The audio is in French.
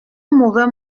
mauvais